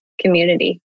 community